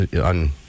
on